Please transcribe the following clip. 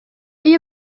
iyo